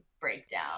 breakdown